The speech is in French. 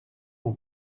mon